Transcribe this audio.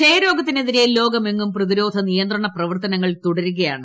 ക്ഷയരോഗത്തിനെതിരെ ലോകമെങ്ങും പ്രതിരോധ നിയന്ത്രണ പ്രവർത്തനങ്ങൾ തുടരുകയാണ്